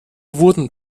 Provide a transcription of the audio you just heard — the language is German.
wurden